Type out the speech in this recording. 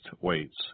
weights